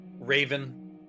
Raven